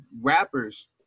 rappers